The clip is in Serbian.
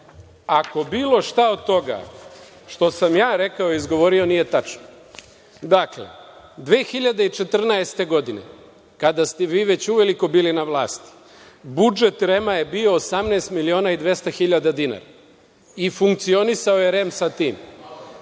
ako bilo šta od toga što sam ja rekao i izgovorio nije tačno. Dakle, 2014. godine, kada ste vi već uveliko bili na vlasti, budžet REM-a je bio 18 miliona i 200 hiljada dinara i funkcionisao je REM sa tim,